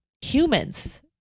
humans